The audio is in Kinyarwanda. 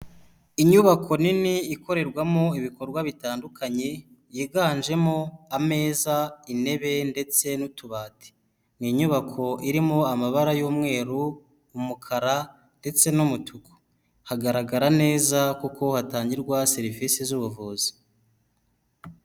Inyubako nini ikorerwamo ibikorwa bitandukanye yiganjemo ameza, intebe, ndetse n'utubati ni inyubako irimo amabara y'umweru, umukara, ndetse n'umutuku hagaragara neza kuko hatangirwa serivisi z'ubuvuzi.